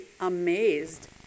amazed